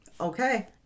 Okay